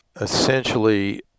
essentially